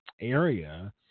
Area